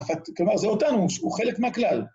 כלומר, זה אותנו, שהוא חלק מהכלל.